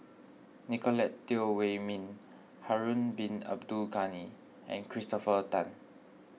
Nicolette Teo Wei Min Harun Bin Abdul Ghani and Christopher Tan